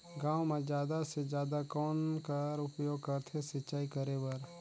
गांव म जादा से जादा कौन कर उपयोग करथे सिंचाई करे बर?